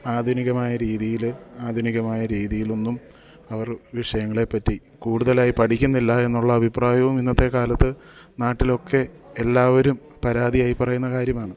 ആധുനികമായ രീതിയിൽ ആധുനികമായ രീതിയിലൊന്നും അവർ വിഷയങ്ങളേപ്പറ്റി കൂടുതലായി പഠിക്കുന്നില്ല എന്നുള്ള അഭിപ്രായവും ഇന്നത്തേക്കാലത്ത് നാട്ടിലൊക്കെ എല്ലാവരും പരാതിയായി പറയുന്ന കാര്യമാണ്